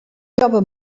jove